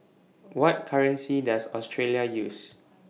What currency Does Australia use